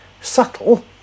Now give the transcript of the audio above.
subtle